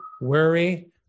worry